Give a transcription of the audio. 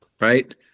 right